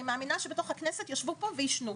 אני מאמינה שבכנסת ישבו ועישנו.